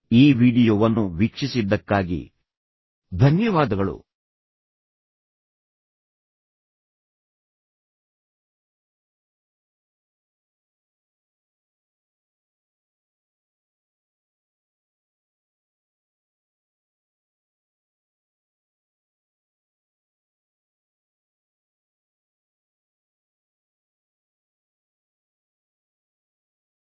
ಈ ವೀಡಿಯೊವನ್ನು ವೀಕ್ಷಿಸಿದ್ದಕ್ಕಾಗಿ ಧನ್ಯವಾದಗಳು ನೀವು ನಿಮ್ಮ ಮೊಬೈಲ್ ಅನ್ನು ಪರಿಣಾಮಕಾರಿಯಾಗಿ ಬಳಸುತ್ತೀರಿ ಮತ್ತು ಅದರ ಅನಗತ್ಯ ಬಳಕೆಯನ್ನು ಕಡಿಮೆ ಮಾಡಿ ನಿಮ್ಮ ಸಮಯವನ್ನು ಉಳಿಸಿ ಬೇರೆಯವರ ಸಮಯವನ್ನು ಉಳಿಸಿ ನಿಮ್ಮ ಒತ್ತಡವನ್ನು ಕಡಿಮೆ ಮಾಡಿ ಇನ್ನೊಬ್ಬರ ಒತ್ತಡವನ್ನು ಕಡಿಮೆ ಮಾಡಿ